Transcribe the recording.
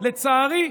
לצערי,